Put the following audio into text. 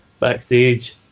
Backstage